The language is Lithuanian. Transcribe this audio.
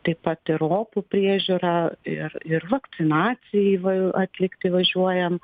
taip pat ir opų priežiūra ir ir vakcinacijai va atlikti važiuojam